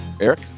Eric